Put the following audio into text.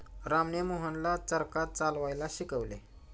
रामने मोहनला चरखा चालवायला शिकवले